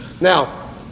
Now